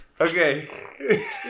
Okay